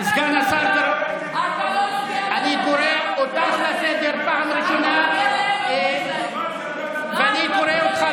אתה נכנס להם לחשבון בנק, לוקח להם